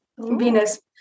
Venus